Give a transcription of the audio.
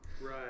Right